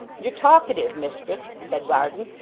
you're talkative, mistress said varden,